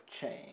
change